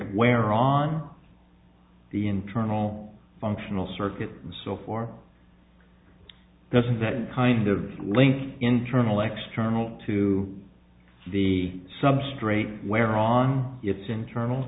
where on the internal functional circuit so far doesn't that kind of link internal x terminal to the substrate where on it's internal